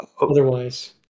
otherwise